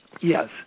yes